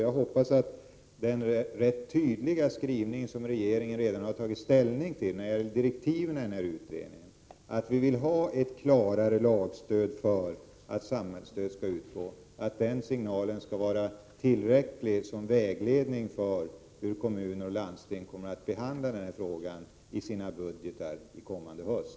Jag hoppas att den rätt tydliga skrivningen beträffande de direktiv som regeringen har utarbetat för denna utredning, dvs. att vi vill ha ett klarare stöd i lagen för att samhällsstöd skall utgå, skall vara en tillräcklig signal som vägledning för kommuners och landstings behandling av denna fråga vid höstens budgetförhandlingar.